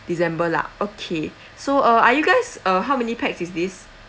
december lah okay so uh are you guys uh how many pax is this